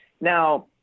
now